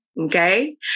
Okay